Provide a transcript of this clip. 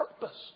purpose